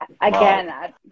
Again